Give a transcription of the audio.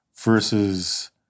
versus